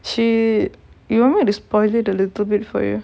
she you want me to spoil it a little bit for you